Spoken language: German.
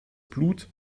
blut